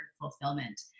fulfillment